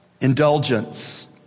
indulgence